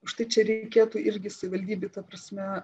už tai čia reikėtų irgi savivaldybei ta prasme